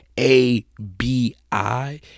A-B-I